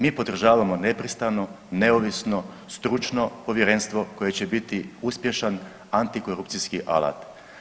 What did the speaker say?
Mi podržavamo nepristrano, neovisno, stručno povjerenstvo koje će biti uspješan antikorupcijski alat.